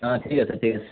অ ঠিক আছে ঠিক আছে